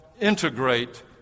integrate